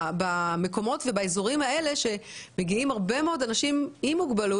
במקומות ובאזורים האלה לשם מגיעים הרבה מאוד אנשים עם מוגבלות